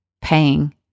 paying